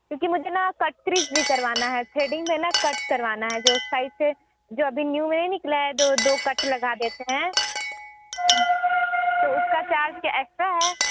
क्योंकि मुझे ना कट थ्रीवस भी करवाना है थ्रेडिंग में न कट करवाना है जो साइड से जो अभी न्यू नहीं निकला है जो दो कट लगा देते हैं तो उसका चार्ज क्या एक्सट्रा है